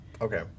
okay